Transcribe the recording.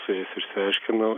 su jais išsiaiškinau